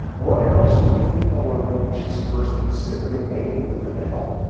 what else would the female want to know when she's first considering mating with a male?